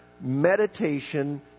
meditation